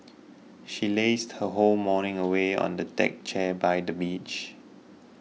she lazed her whole morning away on the deck chair by the beach